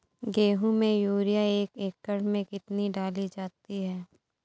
गेहूँ में यूरिया एक एकड़ में कितनी डाली जाती है?